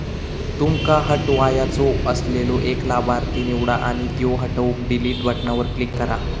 तुमका हटवायचो असलेलो एक लाभार्थी निवडा आणि त्यो हटवूक डिलीट बटणावर क्लिक करा